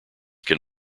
can